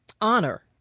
honor